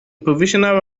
provisional